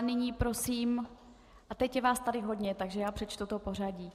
Nyní prosím a teď je vás tady hodně, takže přečtu pořadí.